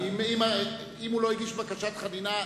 אם הוא לא הגיש בקשת חנינה,